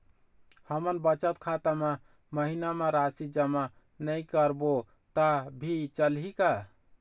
हमन बचत खाता मा महीना मा राशि जमा नई करबो तब भी चलही का?